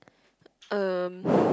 um